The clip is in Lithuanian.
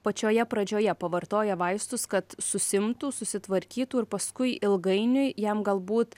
pačioje pradžioje pavartoja vaistus kad susiimtų susitvarkytų ir paskui ilgainiui jam galbūt